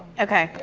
okay.